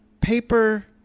paper